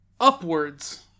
upwards